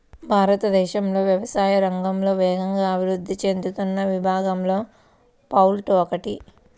భారతదేశంలో వ్యవసాయ రంగంలో వేగంగా అభివృద్ధి చెందుతున్న విభాగాలలో పౌల్ట్రీ ఒకటి